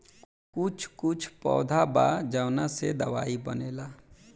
कुछ कुछ पौधा बा जावना से दवाई बनेला